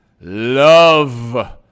love